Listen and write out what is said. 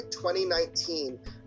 2019